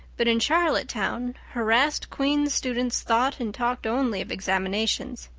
but in charlottetown harassed queen's students thought and talked only of examinations.